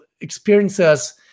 experiences